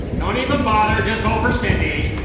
don't even bother. just vote for cindy.